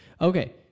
okay